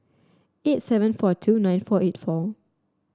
eight seven four two nine four eight four